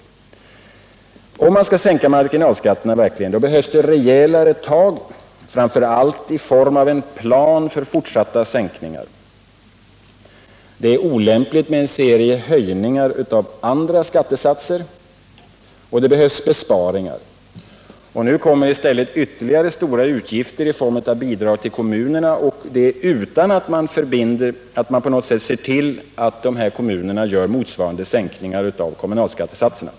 Om man verkligen skall sänka marginalskatterna, behövs rejälare tag, framför allt i form av en plan för fortsatta sänkningar. Det är olämpligt med en serie höjningar av andra skattesatser, och det behövs besparingar. Nu kommer i stället ytterligare stora utgifter i form av bidrag till kommunerna, och detta utan att man på något sätt ser till att dessa kommuner gör motsvarande sänkningar i kommunalskattesatserna.